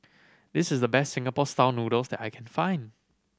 this is the best Singapore Style Noodles that I can find